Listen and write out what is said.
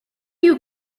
you